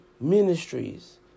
ministries